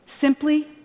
simply